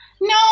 No